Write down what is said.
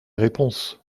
réponses